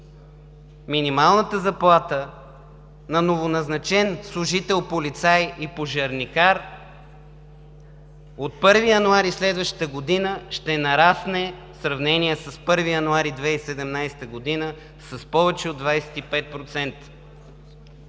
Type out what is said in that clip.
минималната заплата на новоназначен служител полицай и пожарникар от 1 януари следващата година ще нарасне в сравнение с 1 януари 2017 г. с повече от 25%,